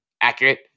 accurate